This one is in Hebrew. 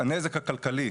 הנזק הכלכלי